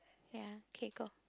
ya okay go